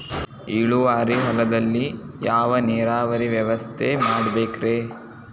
ಇಳುವಾರಿ ಹೊಲದಲ್ಲಿ ಯಾವ ನೇರಾವರಿ ವ್ಯವಸ್ಥೆ ಮಾಡಬೇಕ್ ರೇ?